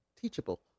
teachable